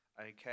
Okay